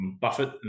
Buffett